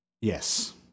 Yes